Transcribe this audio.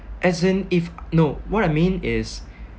as in if no what I mean is